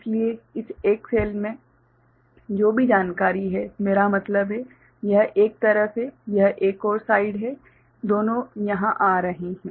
इसलिए इस सेल में जो भी जानकारी है मेरा मतलब है यह एक तरफ है यह एक और साइड है दोनों यहां आ रहे हैं